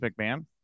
McMahon